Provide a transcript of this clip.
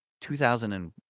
2001